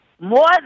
more